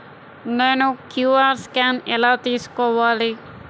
నేను Q R scan ఎలా తీసుకోవాలి?